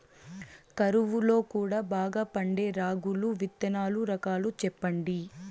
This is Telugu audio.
కరువు లో కూడా బాగా పండే రాగులు విత్తనాలు రకాలు చెప్పండి?